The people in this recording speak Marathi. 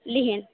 लिहिन